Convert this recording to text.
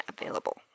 available